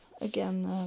again